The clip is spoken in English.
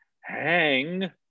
hang